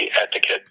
etiquette